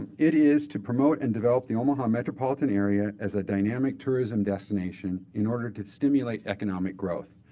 and it is to promote and develop the omaha metropolitan area as a dynamic tourism destination in order to stimulate economic growth.